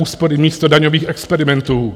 Úspory místo daňových experimentů.